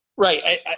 Right